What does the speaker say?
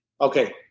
Okay